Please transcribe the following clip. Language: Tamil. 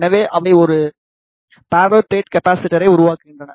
எனவே அவை ஒரு பரல்லேல் பிளேட் கப்பாசிட்டரை உருவாக்குகின்றன